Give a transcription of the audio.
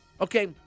Okay